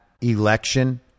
election